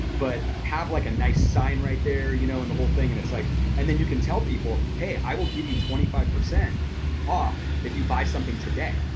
but have like a nice sign right there you know and the whole thing, and like and then you can tell people, hey, i will give you twenty five percent off if you buy something today.